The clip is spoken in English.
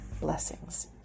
blessings